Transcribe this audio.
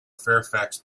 fairfax